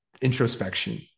introspection